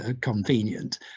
convenient